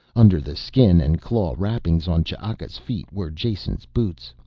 under the skin and claw wrappings on ch'aka's feet were jason's boots,